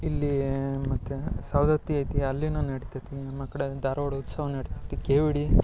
ಇಲ್ಲಿ ಮತ್ತು ಸವದತ್ತಿ ಐತಿ ಅಲ್ಲಿಯೂ ನಡಿತೈತಿ ನಮ್ಮ ಕಡೆ ಧಾರ್ವಾಡ ಉತ್ಸವ ನಡಿತೈತಿ ಕೆ ವಿ ಡಿ